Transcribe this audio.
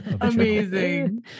Amazing